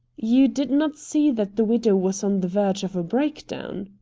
you did not see that the widow was on the verge of a breakdown!